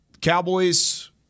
Cowboys